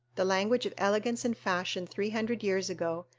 the language of elegance and fashion three hundred years ago,